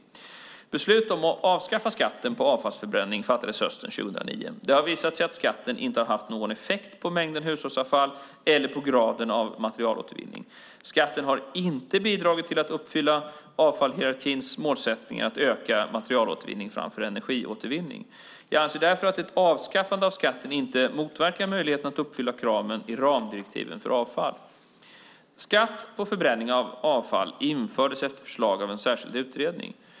Beslut om att avskaffa skatten på avfallsförbränning fattades hösten 2009. Det har visat sig att skatten inte har haft någon effekt på mängden hushållsavfall eller på graden av materialåtervinning. Skatten har inte bidragit till att uppfylla avfallshierarkins målsättning att öka materialåtervinningen framför energiåtervinning. Jag anser därför att ett avskaffande av skatten inte motverkar möjligheterna att uppfylla kraven i ramdirektivet för avfall. Skatt på förbränning av avfall infördes efter förslag av en särskild utredning.